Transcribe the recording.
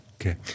Okay